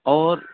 اور